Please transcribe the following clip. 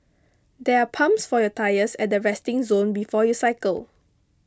there are pumps for your tyres at the resting zone before you cycle